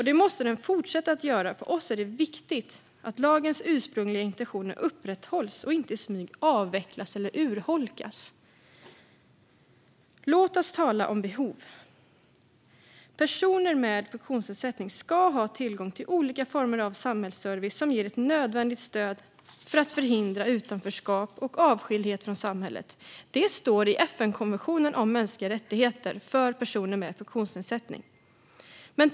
Det måste den fortsätta att göra, och för oss är det viktigt att lagens ursprungliga intentioner upprätthålls och inte i smyg avvecklas eller urholkas. Låt oss tala om behov. Personer med funktionsnedsättning ska ha tillgång till olika former av samhällsservice som ger ett nödvändigt stöd för att förhindra utanförskap och avskildhet från samhället. Det står i FN-konventionen om mänskliga rättigheter för personer med funktionsnedsättning.